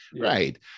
Right